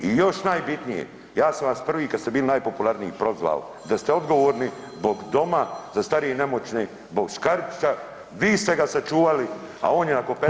I još najbitnije ja sam vas prvi, kad ste bili najpopularniji prozvao da ste odgovorni zbog doma za starije i nemoćne …/nerazumljivo/… vi ste ga sačuvali, a on je nakon 15 dana